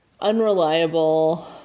unreliable